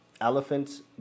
elephants